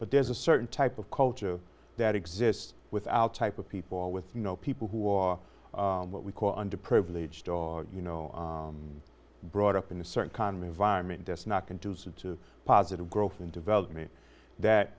but there's a certain type of culture that exists without type of people with you know people who are what we call underprivileged are you know brought up in a certain condom environment does not conducive to positive growth and development that